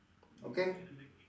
okay